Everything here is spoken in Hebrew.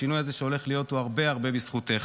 השינוי הזה שהולך להיות הוא הרבה הרבה בזכותך.